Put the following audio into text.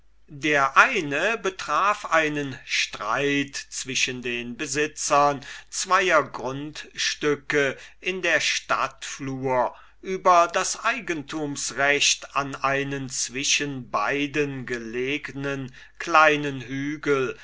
der eine betraf einen streit zwischen den besitzern zweier grundstücke in der stadtflur über das eigentumsrecht an einen zwischen beiden gelegnen kleinen hügel